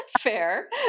Fair